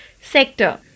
sector